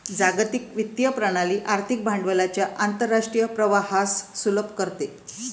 जागतिक वित्तीय प्रणाली आर्थिक भांडवलाच्या आंतरराष्ट्रीय प्रवाहास सुलभ करते